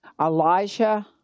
Elijah